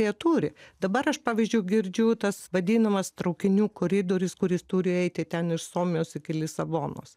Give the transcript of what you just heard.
jie turi dabar aš pavyzdžiui girdžiu tas vadinamas traukinių koridorius kuris turi eiti ten iš suomijos iki lisabonos